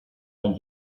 ein